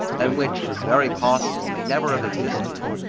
and which, it is very possible, may never have existed,